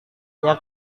yang